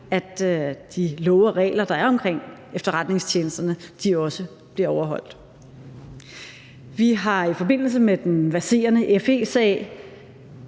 at de love og regler, der er omkring efterretningstjenesterne, også bliver overholdt. Vi har i forbindelse med den verserende FE-sag